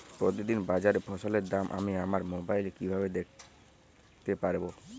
প্রতিদিন বাজারে ফসলের দাম আমি আমার মোবাইলে কিভাবে দেখতে পাব?